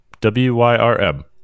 W-Y-R-M